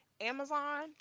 Amazon